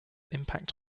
impact